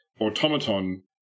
automaton